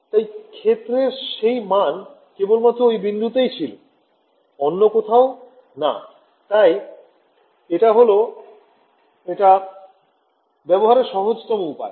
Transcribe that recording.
তাই ক্ষেত্রের সেই মান কেবলমাত্র ঐ বিন্দুতেই ছিল অন্য কোথাও না তাই না এটা হল এটা ব্যবহারের সহজতম উপায়